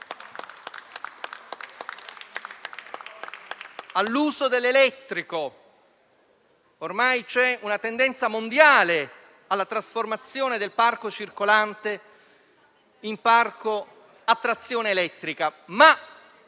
all'uso dell'elettrico: ormai c'è una tendenza mondiale alla trasformazione del parco circolante in parco a trazione elettrica, ma